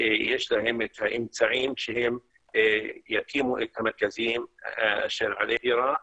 ויש להם את האמצעים שיקימו את המרכזים של הטהרה.